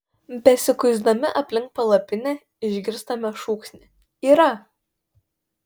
besikuisdami aplink palapinę išgirstame šūksnį yra